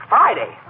Friday